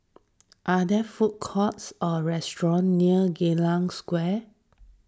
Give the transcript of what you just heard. are there food courts or restaurants near Geylang Square